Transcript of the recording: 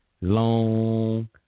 long